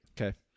Okay